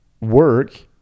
work